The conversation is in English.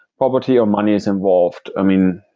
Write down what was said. property or money is involved. i mean,